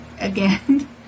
again